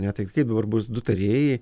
ne tai kaip dabar bus du tarėjai